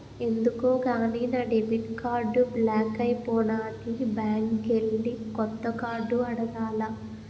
ఎందుకో గాని నా డెబిట్ కార్డు బ్లాక్ అయిపోనాది బ్యాంకికెల్లి కొత్త కార్డు అడగాల